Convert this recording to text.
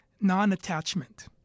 non-attachment